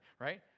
right